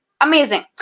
amazing